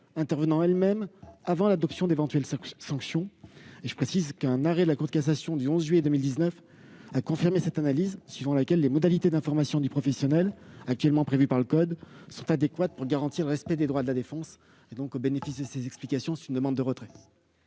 intervenant elle-même avant l'adoption d'éventuelles sanctions. Je le précise, un arrêt de la Cour de cassation du 11 juillet 2019 a confirmé l'analyse selon laquelle les modalités d'information du professionnel actuellement prévues par le code sont adéquates pour garantir le respect des droits de la défense. Au bénéfice de ces explications, le Gouvernement sollicite